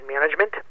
Management